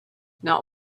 not